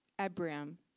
Abraham